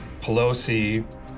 Pelosi